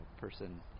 person